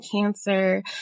cancer